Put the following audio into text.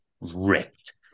ripped